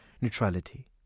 Neutrality